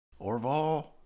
Orval